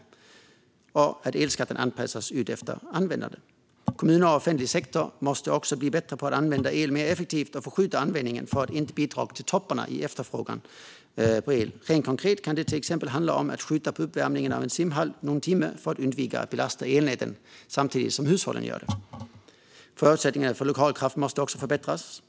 Vi vill att elskatten anpassas efter användande. Kommuner och offentlig sektor måste bli bättre på att använda el mer effektivt och att anpassa användningen för att inte bidra till topparna i efterfrågan på el. Rent konkret kan det till exempel handla om att skjuta på uppvärmningen av simhallar någon timme för att undvika att belasta elnäten samtidigt som hushållen gör det. Förutsättningarna för lokal kraft måste förbättras.